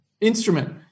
instrument